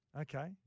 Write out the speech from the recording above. Okay